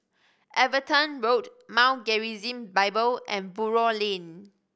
Everton Road Mount Gerizim Bible and Buroh Lane